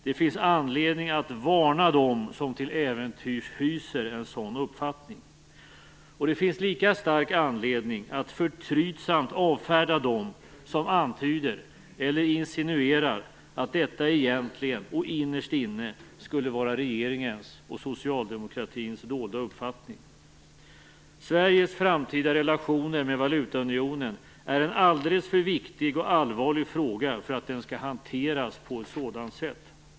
Det finns anledning att varna dem som till äventyrs hyser en sådan uppfattning. Det finns lika stark anledning att förtrytsamt avfärda dem som antyder eller insinuerar att detta egentligen och innerst inne skulle vara regeringens och socialdemokratins dolda uppfattning. Sveriges framtida relationer med valutaunionen är en alldeles för viktig och allvarlig fråga för att hanteras på ett sådant sätt.